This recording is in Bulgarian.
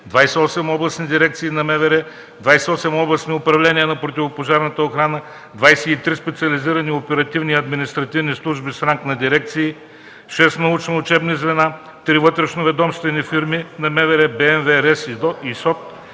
28 областни дирекции на МВР, 28 областни управления на противопожарната охрана, 23 специализирани оперативни и административни служби с ранг на дирекции, 6 научни учебни звена, 3 вътрешноведомствени фирми на МВР: БМВ, РЕС и СОД,